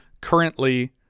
currently